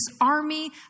army